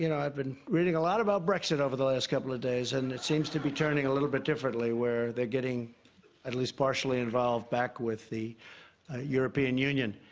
you know i've been reading a lot about brexit over the last couple of days, and it seems to be turning a little bit differently, where they're getting at least partially involved back with the european union.